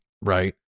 right